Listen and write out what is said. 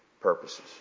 purposes